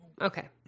Okay